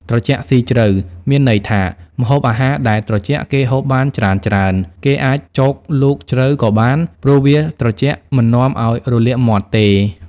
ត្រជាក់ស៊ីជ្រៅ មានន័យថាម្ហូបអាហារដែលត្រជាក់ គេហូបបានច្រើនៗ គេអាចចូកលូកជ្រៅក៏បាន ព្រោះវាត្រជាក់មិននាំឲ្យរលាកមាត់ទេ ។